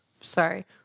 Sorry